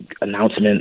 Announcement